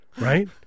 Right